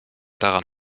daran